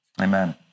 Amen